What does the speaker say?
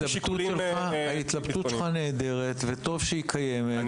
ההתלבטות שלך נהדרת וטוב שהיא קיימת,